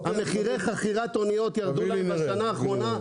מחירי חכירת האניות ירדו להם בשנה האחרונה.